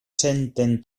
senten